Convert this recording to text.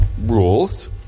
rules